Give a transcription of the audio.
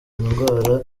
ndwara